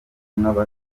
n’ubutumwa